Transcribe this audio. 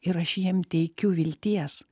ir aš jiem teikiu vilties